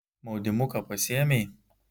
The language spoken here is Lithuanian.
maudymuką pasiėmei